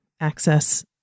access